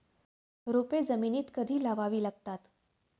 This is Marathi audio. रोपे जमिनीत कधी लावावी लागतात?